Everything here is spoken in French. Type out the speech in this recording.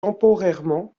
temporairement